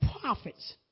prophets